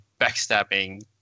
backstabbing